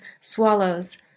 swallows